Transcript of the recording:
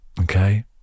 okay